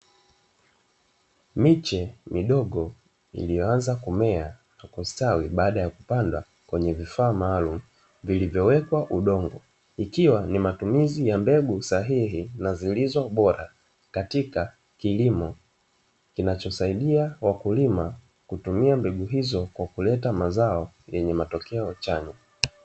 Miche midogo iliyoanza kumea ikistawi baada ya kupanda kwenye vifaa maalum vilivyowekwa udongo, ikiwa ni matumizi ya mbegu sahihi na zilizo bora katika kilimo kinachosaidia wakulima kutumia mbegu hizo kwa kuleta mazao yenye matokeo chanya.